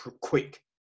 quick